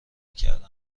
نکرده